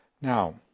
Now